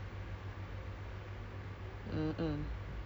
you know M_R_T or vehicles